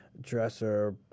dresser